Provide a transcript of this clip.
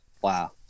Wow